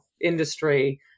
industry